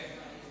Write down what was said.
כן.